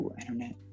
Internet